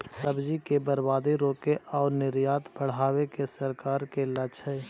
सब्जि के बर्बादी रोके आउ निर्यात बढ़ावे के सरकार के लक्ष्य हइ